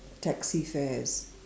taxi fares